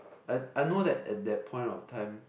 I I know that at that point of time